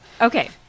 Okay